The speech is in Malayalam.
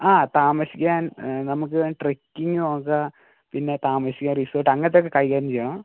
ആ താമസിക്കാൻ നമുക്ക് ട്രക്കിംഗ് നോക്കാം പിന്നെ താമസിക്കാൻ റിസോർട്ട് അങ്ങനത്തെ ഒക്കെ കൈകാര്യം ചെയ്യാം